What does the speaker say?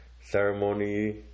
Ceremony